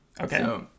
Okay